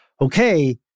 okay